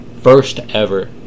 first-ever